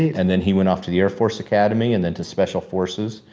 and then he went off to the air force academy and then to special forces.